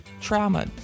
trauma